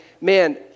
man